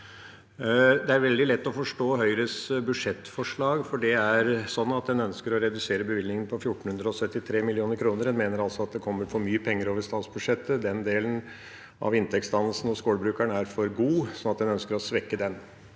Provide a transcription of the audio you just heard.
Det er veldig lett å forstå Høyres budsjettforslag, for der ønsker en å redusere bevilgningen med 1 473 mill. kr. En mener altså at det kommer for mye penger over statsbudsjettet. Den delen av inntektsdannelsen hos gårdbrukeren er for god, så en ønsker å svekke den.